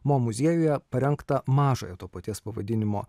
mo muziejuje parengta mažąją to paties pavadinimo